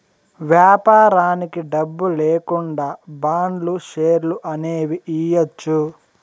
వ్యాపారానికి డబ్బు లేకుండా బాండ్లు, షేర్లు అనేవి ఇయ్యచ్చు